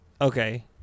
Okay